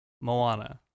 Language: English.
Moana